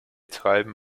treiben